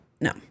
No